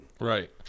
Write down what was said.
Right